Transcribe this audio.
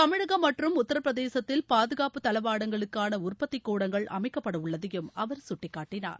தமிழகம் மற்றும் உத்தரப்பிரதேசத்தில் பாதுகாப்பு தளவாடங்களுக்கான உற்பத்தி கூடங்கள் அமைக்கப்படவுள்ளதையும் அவர் சுட்டிக்காட்டினார்